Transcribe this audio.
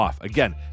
Again